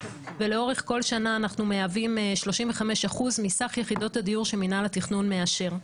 ולאורך כל שנה אנחנו מהווים 35% מסך יחידות הדיור שמינהל התכנון מאשר.